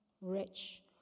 rich